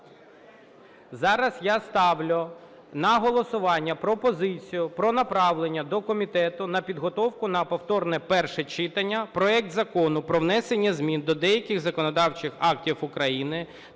Зараз я ставлю на голосування пропозицію про направлення до комітету на підготовку на повторне перше читання проект Закону про внесення змін до деяких законодавчих актів України